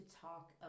talk